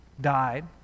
died